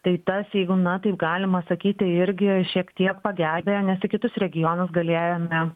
tai tas jeigu na taip galima sakyti irgi šiek tiek pagelbėjo nes į kitus regionus galėjome